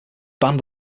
band